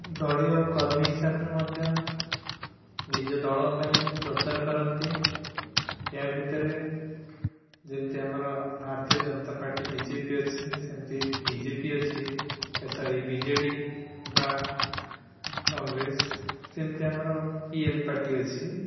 ଦଳୀୟ କର୍ମୀ ହିସାବରେ ମଧ୍ୟ ନିଜ ଦଳ ପାଇଁ ପ୍ରଚାର କରନ୍ତି ୟା ଭିତରେ ଯେମିତି ଆମର Bharatiya Janata party B J P ଅଛି ସେମିତି ବି ଜେ ପି ଅଛି ଏ ସରି ବି ଜେ ଡ଼ି ବା କଂଗ୍ରେସ ସେମିତି ଆମର ପି ଏ ଏଲ୍ ପାର୍ଟି ଅଛି